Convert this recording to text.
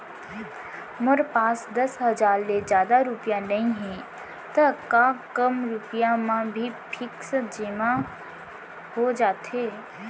मोर पास दस हजार ले जादा रुपिया नइहे त का कम रुपिया म भी फिक्स जेमा हो जाथे?